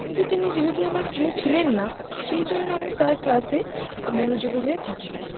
কিন্তু তিনি যেহেতু আমার প্রিয় ছিলেন না সেইজন্য আমি তার ক্লাসে অমনোযোগী হয়ে থাকতাম